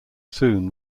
soon